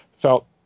felt